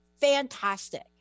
fantastic